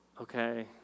Okay